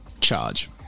Charge